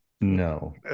No